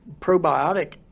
probiotic